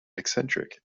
eccentric